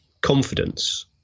confidence